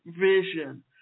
vision